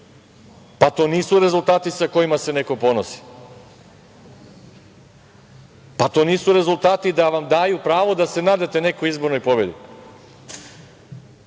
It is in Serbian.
To nisu rezultati sa kojima se neko ponosi, to nisu rezultati da vam daju pravo da se nadate nekoj izbornoj pobedi.